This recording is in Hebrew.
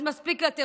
אז מספיק התירוצים.